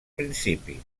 principi